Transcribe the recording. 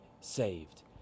saved